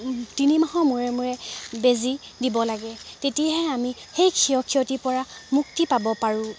তিনিমাহৰ মূৰে মূৰে বেজী দিব লাগে তেতিয়াহে আমি সেই ক্ষয়ক্ষতিৰপৰা মুক্তি পাব পাৰোঁ